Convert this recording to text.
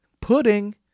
pudding